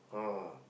ah